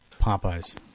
Popeye's